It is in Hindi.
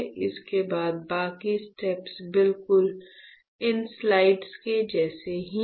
इसके बाद बाकी स्टेप्स बिल्कुल इन स्लाइड्स के जैसे ही हैं